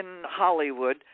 Hollywood